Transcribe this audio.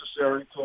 necessary